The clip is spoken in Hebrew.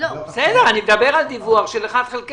אני מדבר על דיווח על התקציב